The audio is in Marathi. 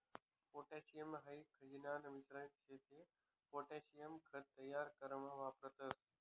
पोटॅशियम हाई खनिजन मिश्रण शे ते पोटॅशियम खत तयार करामा वापरतस